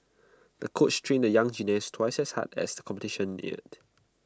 the coach trained the young gymnast twice as hard as the competition neared